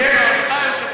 משפט.